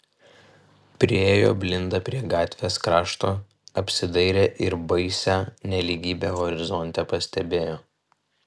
priėjo blinda prie gatvės krašto apsidairė ir baisią nelygybę horizonte pastebėjo